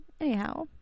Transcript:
Anyhow